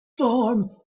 storm